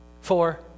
four